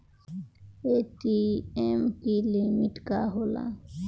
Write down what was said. ATM की limit का होला?